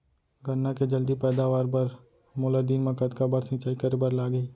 गन्ना के जलदी पैदावार बर, मोला दिन मा कतका बार सिंचाई करे बर लागही?